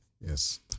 yes